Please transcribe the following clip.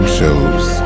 shows